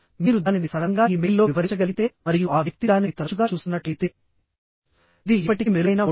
మీరు దానిని సరళంగా ఇమెయిల్లో వివరించగలిగితే మరియు ఆ వ్యక్తి దానిని తరచుగా చూస్తున్నట్లయితే ఇది ఇప్పటికీ మెరుగైన మోడ్